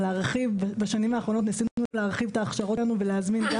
בשנים האחרונות ניסינו להרחיב את ההכשרות ולהזמין גם